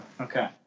Okay